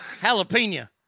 Jalapeno